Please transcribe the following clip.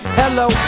hello